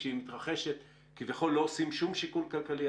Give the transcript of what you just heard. כשהיא מתרחשת כביכול לא עושים כל שיקול כלכלי.